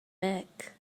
mick